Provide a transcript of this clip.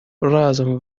разом